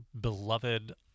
beloved